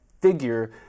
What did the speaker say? figure